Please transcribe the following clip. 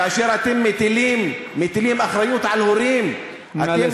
כאשר אתם מטילים אחריות על הורים, נא לסיים.